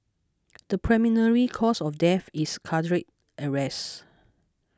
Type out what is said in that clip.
the preliminary cause of death is cardiac arrest